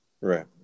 Right